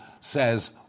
says